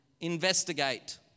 investigate